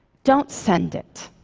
don't send it.